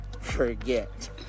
forget